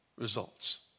Results